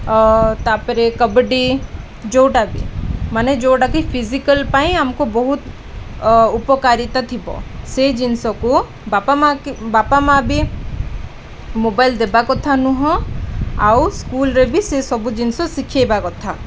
ଅ ତା'ପରେ କବାଡ଼ି ଯେଉଁଟା ବି ମାନେ ଯେଉଁଟାକି ଫିଜିକାଲ ପାଇଁ ଆମକୁ ବହୁତ ଉପକାରିତା ଥିବ ସେଇ ଜିନିଷକୁ ବାପା ମାଆ ବାପା ମାଆ ବି ମୋବାଇଲ୍ ଦେବା କଥା ନୁହଁ ଆଉ ସ୍କୁଲରେ ବି ସେ ସବୁ ଜିନିଷ ଶିଖାଇବା କଥା